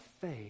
faith